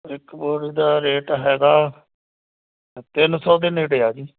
ਇੱਕ ਬੋਰੀ ਦਾ ਰੇਟ ਹੈਗਾ ਤਿੰਨ ਸੌ ਦੇ ਨੇੜੇ ਆ ਜੀ